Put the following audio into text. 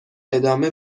ادامه